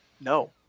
no